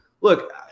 look